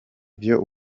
vyo